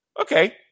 Okay